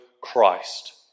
Christ